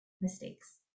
mistakes